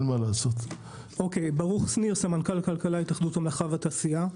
אני סמנכ"ל כלכלה התאחדות המלאכה והתעשייה.